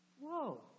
whoa